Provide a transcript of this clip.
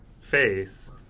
face